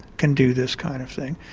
can do this kind of thing.